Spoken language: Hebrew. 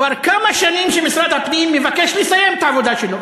כבר כמה שנים שמשרד הפנים מבקש לסיים את העבודה שלו,